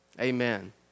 Amen